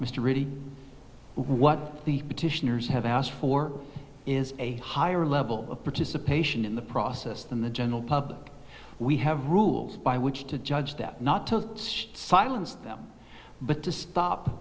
mr reddy what the petitioners have asked for is a higher level of participation in the process than the general public we have rules by which to judge them not to silence them but to stop